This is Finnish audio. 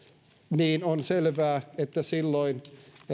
on selvää että silloin